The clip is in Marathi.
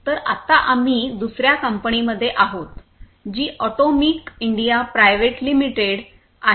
तर आत्ता आम्ही दुसर्या कंपनीमध्ये आहोत जी Atomic India Private Limited Atomic India Private Limited